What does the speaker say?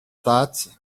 thoughts